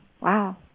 Wow